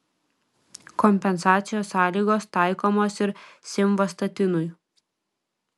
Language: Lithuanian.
kompensacijos sąlygos taikomos ir simvastatinui